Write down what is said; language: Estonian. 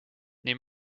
nii